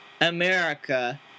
America